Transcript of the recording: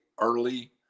early